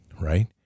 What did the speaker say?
right